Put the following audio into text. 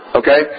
okay